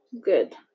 good